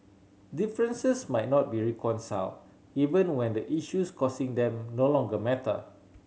differences might not be reconciled even when the issues causing them no longer matter